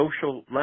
social –